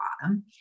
bottom